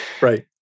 Right